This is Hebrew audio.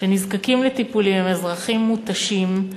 שנזקקים לטיפולים, והם אזרחים מותשים,